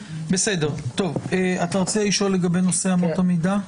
אני רק רוצה להעיר הערה קטנה.